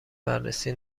بررسی